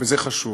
וזה חשוב,